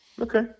Okay